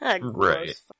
Right